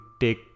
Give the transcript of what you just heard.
take